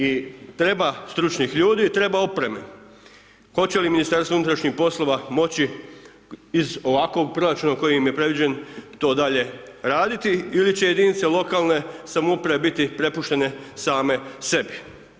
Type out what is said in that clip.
I treba stručnih ljudi, treba opreme, hoće li MUP moći iz ovakvog proračuna koji im je predviđen to dalje raditi ili će jedinice lokalne samouprave biti prepuštene same sebi.